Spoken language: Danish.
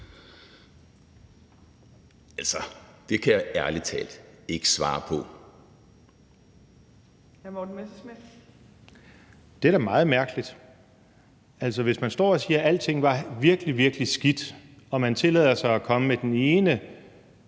18:50 Morten Messerschmidt (DF): Det er da meget mærkeligt. Altså, at man står og siger, at alting var virkelig, virkelig skidt, og man tillader sig at komme med den ene